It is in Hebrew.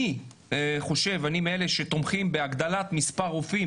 אני מאלה שתומכים בהגדלת מספר הרופאים